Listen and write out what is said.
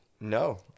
No